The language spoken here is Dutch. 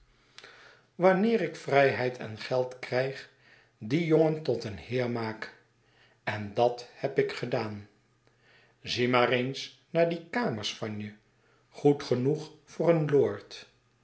wanneer ik vrtjheid en geld krijg dien jongen tot een heer maak en dat heb ik gedaan zie maar eens naar die kamers van je goed genoeg voor een lord